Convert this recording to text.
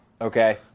Okay